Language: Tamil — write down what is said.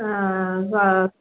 ப